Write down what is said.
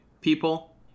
people